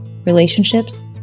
Relationships